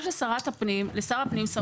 לשר הפנים יש סמכות להסדיר כניסה.